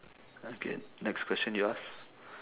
okay next question you ask